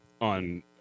on